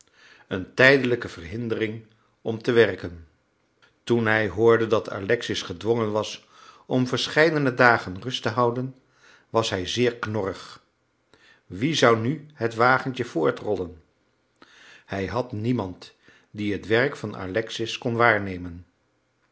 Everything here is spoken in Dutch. een tijdelijke verhindering om te werken toen hij hoorde dat alexis gedwongen was om verscheidene dagen rust te houden was hij zeer knorrig wie zou nu het wagentje voortrollen hij had niemand die het werk van alexis kon waarnemen